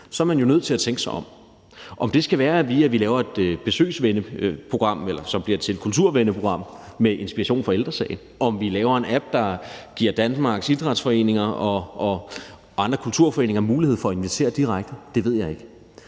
så er man jo nødt til at tænke sig om. Om det skal være ved, at vi laver et kulturvenneprogram med inspiration fra Ældre Sagens besøgsvenneprogram, om vi laver en app, der giver Danmarks idrætsforeninger og andre kulturforeninger en mulighed for at invitere direkte, ved jeg ikke,